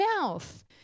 mouth